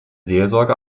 seelsorge